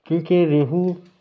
کیونکہ ریہو